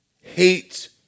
hate